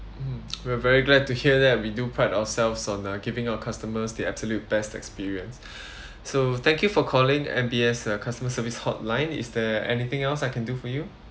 mm we're very glad to hear that we do pride ourselves on uh giving our customers the absolute best experience so thank you for calling M_B_S uh customer service hotline is there anything else I can do for you